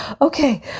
Okay